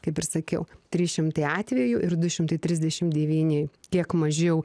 kaip ir sakiau trys šimtai atvejų ir du šimtai trisdešimt devyni kiek mažiau